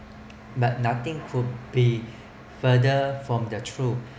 but nothing could be further from the truth